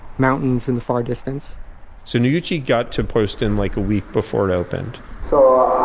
mountains in the far distance so noguchi got to poston like a week before it opened so